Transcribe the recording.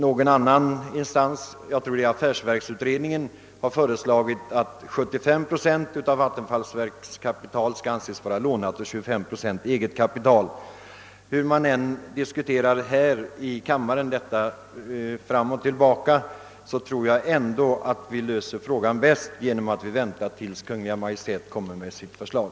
Någon instans har föreslagit att 75 procent av vattenfallsverkets kapital skall anses vara lånat och 25 procent eget kapital. Hur vi än diskuterar detta här i kammaren tror jag ändå att vi löser frågan bäst genom att vänta tills Kungl. Maj:t framlägger sitt förslag.